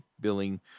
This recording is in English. billing